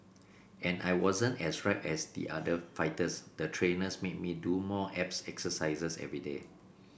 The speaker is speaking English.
as I wasn't as ripped as the other fighters the trainers made me do more abs exercises everyday